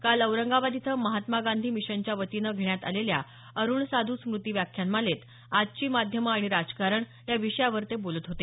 काल औरंगाबाद इथं महात्मा गांधी मिशनच्या वतीनं घेण्यात आलेल्या अरूण साधू स्मृती व्याख्यानमालेत आजची माध्यमं आणि राजकारण या विषयावर ते बोलत होते